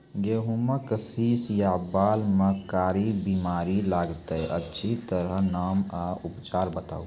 गेहूँमक शीश या बाल म कारी बीमारी लागतै अछि तकर नाम आ उपचार बताउ?